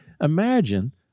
Imagine